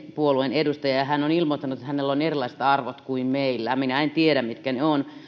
puolueen edustaja ja hän on ilmoittanut että hänellä on erilaiset arvot kuin meillä minä en tiedä mitkä ne ovat